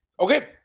Okay